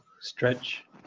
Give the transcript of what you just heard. stretch